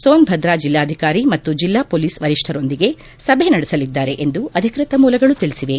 ಸೋನ್ಭದ್ರಾ ಜಿಲ್ಲಾಧಿಕಾರಿ ಮತ್ತು ಜಿಲ್ಲಾ ಪೊಲೀಸ್ ವರಿಷ್ಠರೊಂದಿಗೆ ಸಭೆ ನಡೆಸಲಿದ್ದಾರೆ ಎಂದು ಅಧಿಕೃತ ಮೂಲಗಳು ತಿಳಿಸಿವೆ